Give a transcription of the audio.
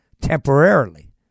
temporarily